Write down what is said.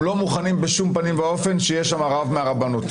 הם לא מוכנים בשום פנים ואופן שיהיה שם רב מהרבנות,